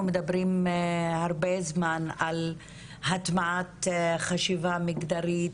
אנחנו מדברים הרבה זמן על הטמעת חשיבה מגדרית,